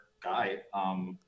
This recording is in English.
guy